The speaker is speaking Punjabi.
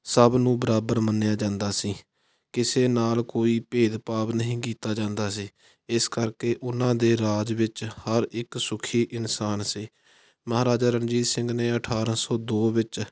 ਸਭ ਨੂੰ ਬਰਾਬਰ ਮੰਨਿਆ ਜਾਂਦਾ ਸੀ ਕਿਸੇ ਨਾਲ ਕੋਈ ਭੇਦਭਾਵ ਨਹੀਂ ਕੀਤਾ ਜਾਂਦਾ ਸੀ ਇਸ ਕਰਕੇ ਉਹਨਾਂ ਦੇ ਰਾਜ ਵਿੱਚ ਹਰ ਇੱਕ ਸੁਖੀ ਇਨਸਾਨ ਸੀ ਮਹਾਰਾਜਾ ਰਣਜੀਤ ਸਿੰਘ ਨੇ ਅਠਾਰ੍ਹਾਂ ਸੌ ਦੋ ਵਿੱਚ